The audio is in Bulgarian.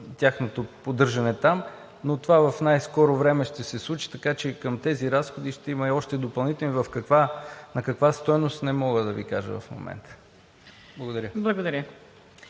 тяхното поддържане там. Това в най-скоро време ще се случи. Така че към тези разходи ще има и още допълнителни. На каква стойност – не мога да Ви кажа в момента. Благодаря.